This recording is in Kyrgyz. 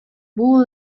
бул